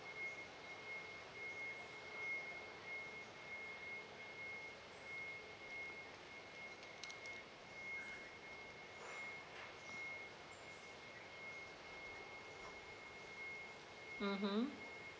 mmhmm